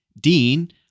Dean